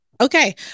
Okay